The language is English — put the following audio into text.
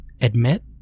Admit